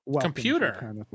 Computer